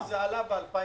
כי זה עלה ב-2019,